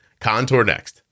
ContourNext